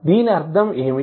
దీని అర్ధం ఏమిటి